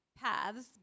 paths